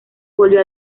volvió